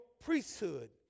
Priesthood